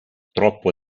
troppo